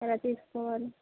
ఎలా తీసుకోవాలి